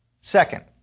Second